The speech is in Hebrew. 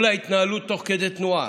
כל ההתנהלות היא תוך כדי תנועה.